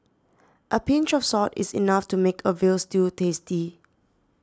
a pinch of salt is enough to make a Veal Stew tasty